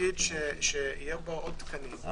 תפקיד שיהיו בו עוד תקנים.